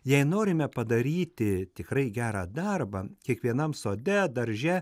jei norime padaryti tikrai gerą darbą kiekvienam sode darže